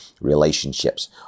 relationships